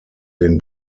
den